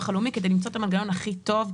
הלאומי כדי למצוא את המנגנון הכי טוב.